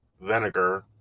vinegar